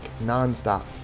non-stop